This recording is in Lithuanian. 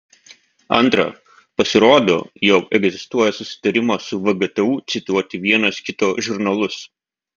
antra pasirodo jog egzistuoja susitarimas su vgtu cituoti vienas kito žurnalus